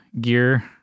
gear